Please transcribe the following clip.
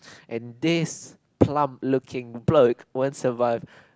and this plump looking bloke won't survive